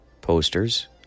posters